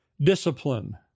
discipline